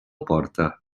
porta